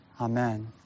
Amen